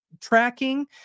tracking